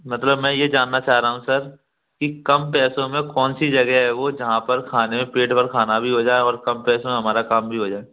मतलब मैं यह जानना चाह रहा हूँ सर कि कम पैसों में कौन सी जगह है वो जहाँ पर खाने पेट भर खाना भी हो जाए और कम पैसों में हमारा काम भी हो जाए